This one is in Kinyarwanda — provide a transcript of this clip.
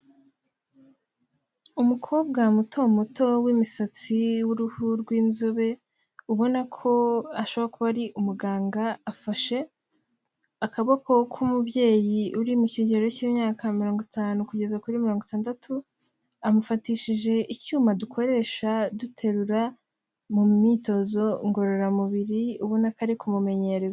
Umukobwa mutomuto w'imisatsi w'uruhu rw'inzobe, ubona ko asho kuba ari umuganga, afashe akaboko k'umubyeyi uri mu kigero cy'imyaka mirongo itanu kugeza kuri mirongo itandatu, amufatishije icyuma dukoresha duterura mu myitozo ngororamubiri ubona ko ari kumumenyereza.